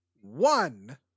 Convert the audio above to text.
One